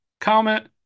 comment